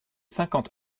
cinquante